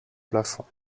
plafond